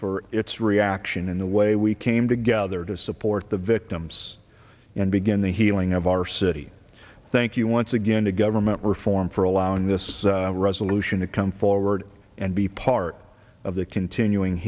for its reaction in the way we came together to support the victims and begin the healing of our city thank you once again to government reform for allowing this resolution to come forward and be part of the continuing